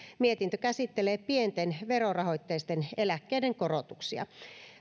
mietintö käsittelee pienten verorahoitteisten eläkkeiden korotuksia